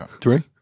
Three